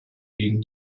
gegen